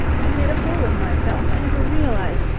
i've made a fool of myself. i never realized.